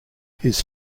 his